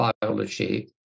biology